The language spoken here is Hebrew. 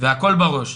והכל בראש,